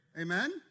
Amen